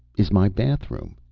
is my bathroom.